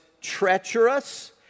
treacherous